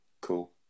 Cool